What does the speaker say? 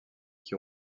qui